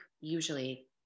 usually